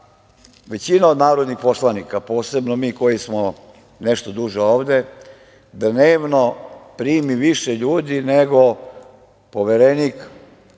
većina od narodnih poslanika, posebno mi koji smo nešto duže ovde, dnevno primi više ljudi nego Poverenik,